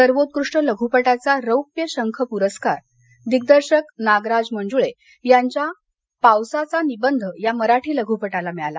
सर्वोत्कृष्ट लघ्पटाचा रौप्य शंख पुरस्कार दिग्दर्शक नागराज मंजुळे यांच्या पावसाचा निबंध या मराठी लघुपटाला मिळाला